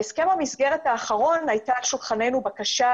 בהסכם המסגרת האחרון הייתה על שולחננו בקשה